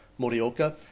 Morioka